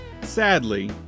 Sadly